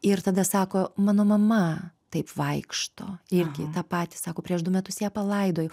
ir tada sako mano mama taip vaikšto irgi tą patį sako prieš du metus ją palaidojau